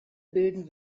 bilden